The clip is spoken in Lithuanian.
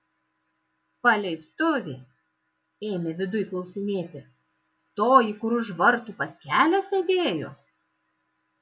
paleistuvė ėmė viduj klausinėti toji kur už vartų pas kelią sėdėjo